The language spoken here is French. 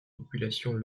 populations